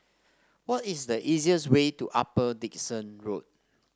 what is the easiest way to Upper Dickson Road